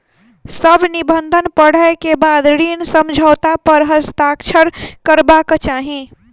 सभ निबंधन पढ़ै के बाद ऋण समझौता पर हस्ताक्षर करबाक चाही